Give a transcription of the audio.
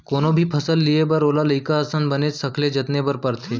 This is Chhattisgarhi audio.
कोनो भी फसल लिये बर ओला लइका असन बनेच सखले जतने बर परथे